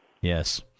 Yes